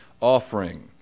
offering